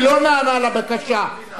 אני לא נענה לבקשה.